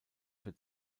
für